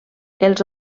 els